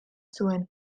zuen